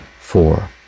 Four